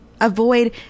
avoid